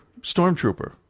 stormtrooper